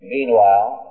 Meanwhile